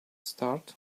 start